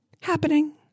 happening